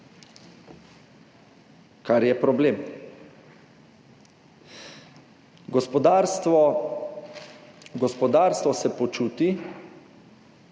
kar je problem. Gospodarstvo se počuti